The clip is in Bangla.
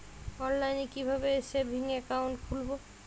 অনলাইনে কিভাবে সেভিংস অ্যাকাউন্ট খুলবো?